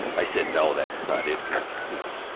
i said, no that was not it because, you know,